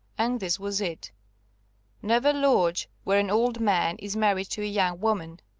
and this was it never lodge where an old man is married to a young woman.